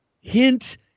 hint